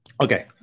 Okay